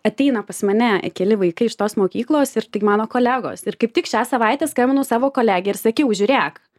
ateina pas mane keli vaikai iš tos mokyklos ir tai mano kolegos ir kaip tik šią savaitę skambinau savo kolegei ir sakiau žiūrėk